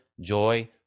joy